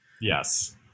yes